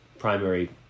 Primary